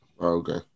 Okay